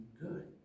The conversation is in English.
good